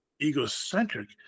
egocentric